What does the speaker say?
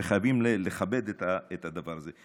וחייבים לכבד את הדבר הזה.